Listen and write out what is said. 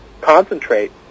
concentrate